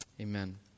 Amen